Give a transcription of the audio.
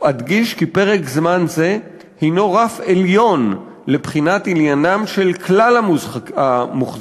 "אדגיש כי פרק זמן זה הנו רף עליון לבחינת עניינם של כלל המוחזקים",